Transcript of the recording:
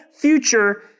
future